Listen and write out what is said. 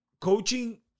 coaching